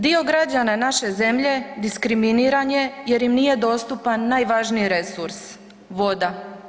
Dio građana naše zemlje diskriminiran je jer im nije dostupan najvažniji resurs, voda.